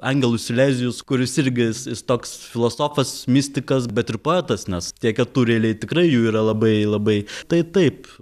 angelus silezijus kuris irgi jis jis toks filosofas mistikas bet ir poetas nes tie ketureiliai tikrai jų yra labai labai tai taip